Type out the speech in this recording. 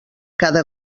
cada